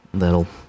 that'll